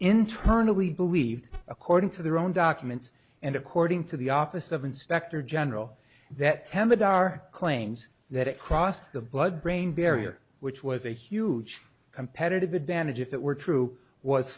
internally believed according to their own documents and according to the office of inspector general that temodar claims that it crossed the blood brain barrier which was a huge competitive advantage if it were true was